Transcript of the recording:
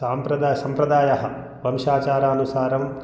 साम्प्रद सम्प्रदायः वंशाचारानुसारं